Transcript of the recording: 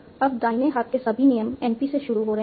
अब दाहिने हाथ के सभी नियम NP से शुरू हो रहे हैं